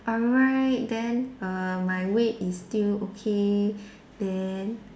alright then err my weight is still okay then